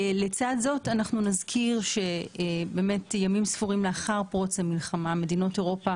לצד זאת אנחנו נזכיר שימים ספורים לאחר פרוץ המלחמה מדינות אירופה